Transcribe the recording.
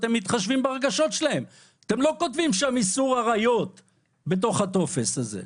אתם מתחשבים ברגשות שלהם ולא כותבים שם איסור עריות בטופס הזה.